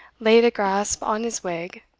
laid a grasp on his wig,